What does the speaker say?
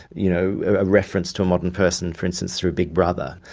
you know a reference to a modern person, for instance through big brother,